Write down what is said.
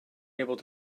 able